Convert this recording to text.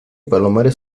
palomares